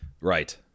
Right